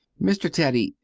mr. teddy,